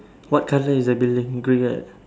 what colour is the building green right